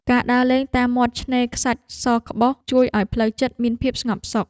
ការដើរលេងតាមមាត់ឆ្នេរខ្សាច់សក្បុស ជួយឱ្យផ្លូវចិត្តមានភាពស្ងប់សុខ។